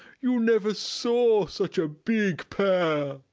you never saw such a big pair.